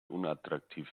unattraktiv